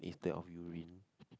instead of urine